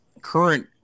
current